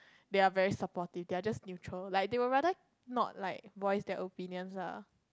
they are very supportive they are just neutral like they would rather not like voice their opinions lah